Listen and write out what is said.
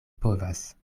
povas